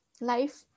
life